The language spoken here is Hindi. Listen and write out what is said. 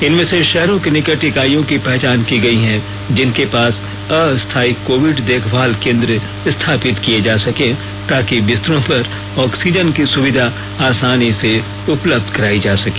इनमें से शहरों के निकट इकाइयों की पहचान की गई है जिनके पास अस्थायी कोविड देखभाल केंद्र स्थापित किए जा सकें ताकि बिस्तरों पर ऑक्सीजन की सुविधा आसानी से उपलब्ध कराई जा सके